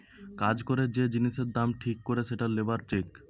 কাজ করে যে জিনিসের দাম ঠিক করে সেটা লেবার চেক